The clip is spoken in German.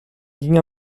ging